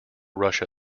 russia